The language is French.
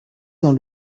dans